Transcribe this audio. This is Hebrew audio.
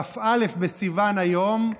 כ"א בסיוון היום,